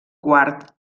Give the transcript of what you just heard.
quart